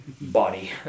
body